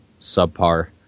subpar